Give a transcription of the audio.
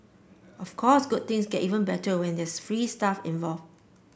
of course good things get even better when there's free stuff involved